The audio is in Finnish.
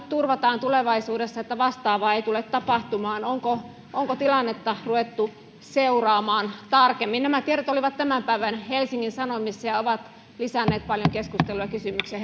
turvataan tulevaisuudessa että vastaavaa ei tule tapahtumaan onko tilannetta ruvettu seuraamaan tarkemmin nämä tiedot olivat tämän päivän helsingin sanomissa ja ovat lisänneet paljon keskustelua ja kysymyksiä